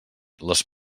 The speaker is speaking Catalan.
les